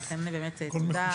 ולכן, באמת תודה.